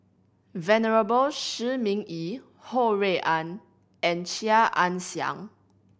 Venerable Shi Ming Yi Ho Rui An and Chia Ann Siang